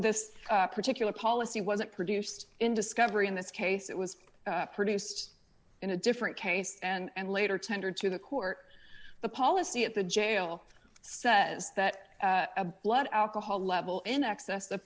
this particular policy wasn't produced in discovery in this case it was produced in a different case and later tendered to the court the policy at the jail says that a blood alcohol level in excess the